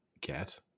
get